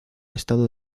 estado